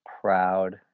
proud